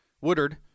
Woodard